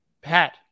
Pat